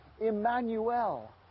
Emmanuel